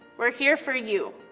we're here for you,